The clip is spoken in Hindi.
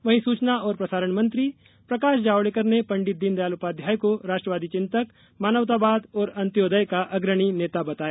वहीं सुचना और प्रसारण मंत्री प्रकाश जावड़ेकर ने पंडित दीनदयाल उपाध्याय को राष्ट्रवादी चिंतक मानवतावाद और अंत्योदय का अग्रणी नेता बताया